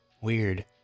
Weird